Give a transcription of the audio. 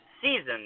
season